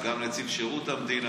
אגב, גם נציב שירות המדינה.